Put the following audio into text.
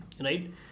right